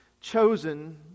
chosen